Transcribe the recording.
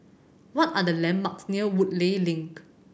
what are the landmarks near Woodleigh Link